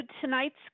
tonight's